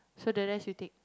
so the rest you take